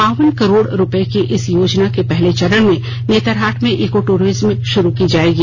बावन करोड़ रूपये की इस योजना के पहले चरण में नेतहरहाट में इको टूरिज्म भा़रू की जायेगी